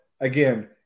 again